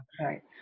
Right